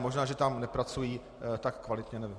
Možná že tam nepracují tak kvalitně, nevím.